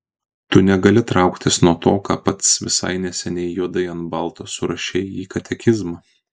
tu negali trauktis nuo to ką pats visai neseniai juodai ant balto surašei į katekizmą